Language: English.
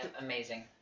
Amazing